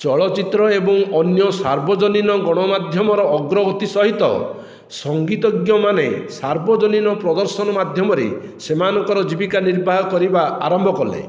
ଚଳଚ୍ଚିତ୍ର ଏବଂ ଅନ୍ୟ ସାର୍ବଜନୀନ ଗଣମାଧ୍ୟମର ଅଗ୍ରଗତି ସହିତ ସଂଗୀତଜ୍ଞମାନେ ସାର୍ବଜନୀନ ପ୍ରଦର୍ଶନ ମାଧ୍ୟମରେ ସେମାନଙ୍କର ଜୀବିକା ନିର୍ବାହ କରିବା ଆରମ୍ଭ କଲେ